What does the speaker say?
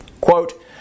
Quote